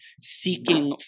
seeking